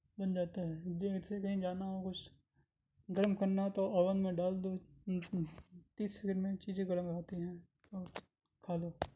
بن جاتا ہے دیر سے کہیں جانا ہو کچھ گرم کرنا ہو تو اوون میں ڈال دو تیس سکینڈ میں چیزیں گرم ہو جاتی ہیں اور کھا لو